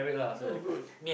that's good